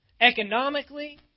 economically